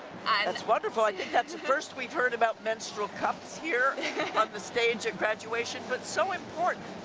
that's wonderful i think that's the first we've heard about menstrual cups here on the stage at graduation but so important.